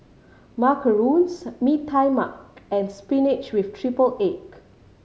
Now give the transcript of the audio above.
macarons Mee Tai Mak and spinach with triple egg